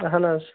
اَہَن حظ